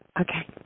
Okay